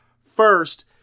first